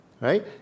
right